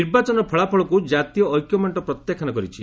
ନିର୍ବାଚନର ଫଳାଫଳକୁ ଜାତୀୟ ଐକ୍ୟ ମେଣ୍ଟ ପ୍ରତ୍ୟାଖ୍ୟାନ କରିଛି